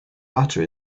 butter